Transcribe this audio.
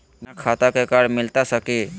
बिना खाता के कार्ड मिलता सकी?